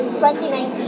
2019